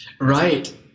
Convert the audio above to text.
right